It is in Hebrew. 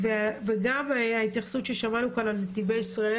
לגבי ההתייחסות ששמענו כאן על נתיבי ישראל